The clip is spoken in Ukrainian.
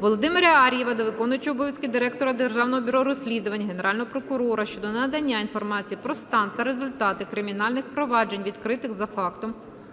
Володимира Ар'єва до виконувача обов'язків Директора Державного бюро розслідувань, Генерального прокурора щодо надання інформації про стан та результати кримінальних проваджень відкритих за фактом